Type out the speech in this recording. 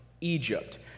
Egypt